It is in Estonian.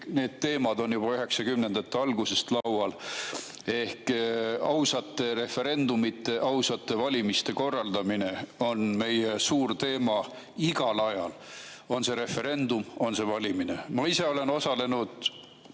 need teemad on juba 1990‑ndate algusest laual. Ehk ausate referendumite, ausate valimiste korraldamine on meie suur teema igal ajal, on see referendum või on see valimine. Ma ise olen osalenud